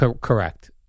Correct